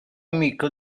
amico